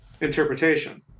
interpretation